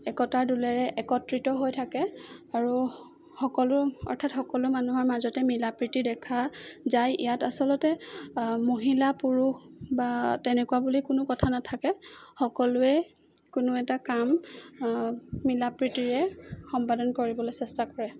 একতাৰ দোলেৰে একত্ৰিত হৈ থাকে আৰু সকলো অৰ্থাৎ সকলো মানুহৰ মাজতে মিলাপ্ৰীতি দেখা যায় ইয়াত আচলতে মহিলা পুৰুষ বা তেনেকুৱা বুলি কোনো কথা নাথাকে সকলোৱে কোনো এটা কাম মিলাপ্ৰীতিৰে সম্পাদন কৰিবলৈ চেষ্টা কৰে